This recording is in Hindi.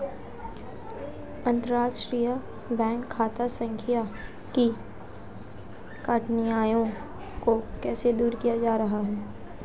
अंतर्राष्ट्रीय बैंक खाता संख्या की कठिनाइयों को कैसे दूर किया जा रहा है?